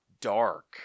Dark